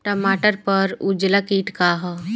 टमाटर पर उजला किट का है?